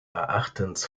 erachtens